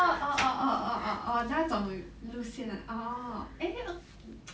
orh orh orh orh orh orh 那种 ah orh eh uh